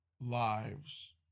lives